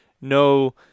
no